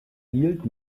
hielt